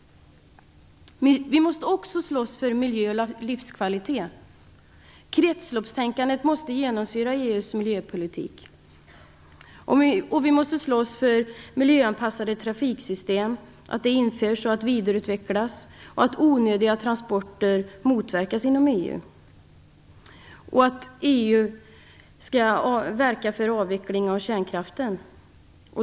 Vi måste också slåss för miljö och livskvalitet. Kretsloppstänkandet måste genomsyra EU:s miljöpolitik. Dessutom måste vi slåss för att miljöanpassade trafiksystem införs och vidareutvecklas samt för att onödiga transporter motverkas inom EU. Dessutom gäller det att EU skall verka för en avveckling av kärnkraften.